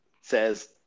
says